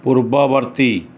ପୂର୍ବବର୍ତ୍ତୀ